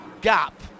gap